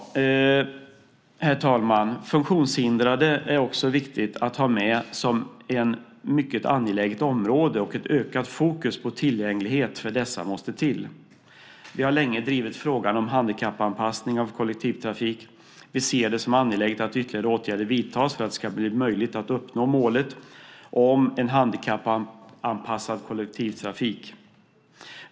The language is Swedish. Herr talman! Funktionshindrade är också viktiga att ha med. Det är ett mycket angeläget område, och ökat fokus på tillgänglighet för dessa måste till. Vi har länge drivit frågan om handikappanpassning av kollektivtrafik. Vi ser det som angeläget att ytterligare åtgärder vidtas för att det ska bli möjligt att uppnå målet om en handikappanpassad kollektivtrafik.